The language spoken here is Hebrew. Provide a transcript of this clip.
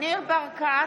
ניר ברקת,